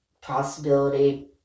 possibility